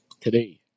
Today